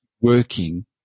working